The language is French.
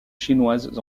chinoises